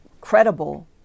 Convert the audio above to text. credible